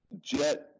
jet